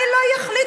אני לא אחליט,